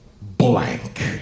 blank